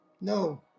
no